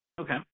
Okay